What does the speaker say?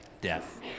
Death